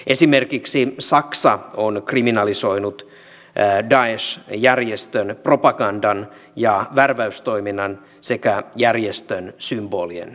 esimerkiksi saksa on kriminalisoinut daesh järjestön propagandan ja värväystoiminnan sekä järjestön symbolien käytön